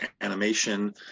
animation